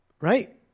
Right